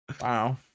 Wow